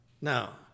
Now